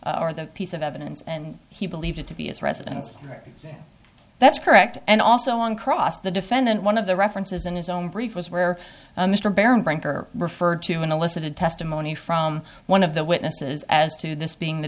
or the piece of evidence and he believed it to be as residence that's correct and also on cross the defendant one of the references in his own brief was where mr barron brinker referred to an elicited testimony from one of the witnesses as to this being the